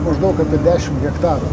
maždaug apie dešimt hektarų